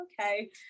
okay